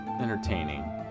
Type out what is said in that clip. entertaining